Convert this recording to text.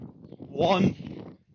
one